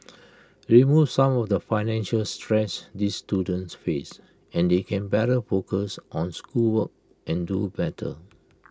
remove some of the financial stress these students face and they can better focus on schoolwork and do better